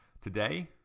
Today